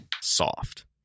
Soft